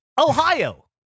Ohio